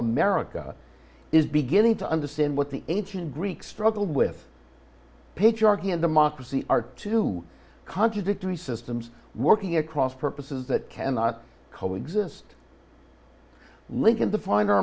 america is beginning to understand what the ancient greeks struggled with patriarchy and democracy are two contradictory systems working across purposes that cannot coexist link in the fine